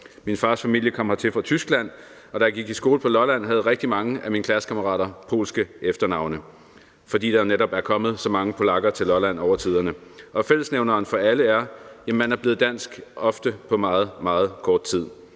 Min fars familie kom hertil fra Tyskland, og da jeg gik i skole på Lolland, havde rigtig mange af mine klassekammerater polske efternavne, fordi der netop er kommet så mange polakker over tiden. Fællesnævneren for alle er, at man er blevet dansk på ofte meget, meget kort tid.